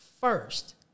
first